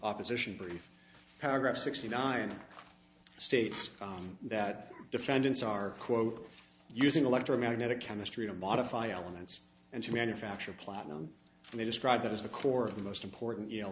opposition brief paragraph sixty nine states that defendants are quote using electromagnetic chemistry to modify elements and to manufacture platinum and they described it as the core of the most important y